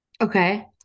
Okay